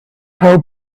how